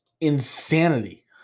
insanity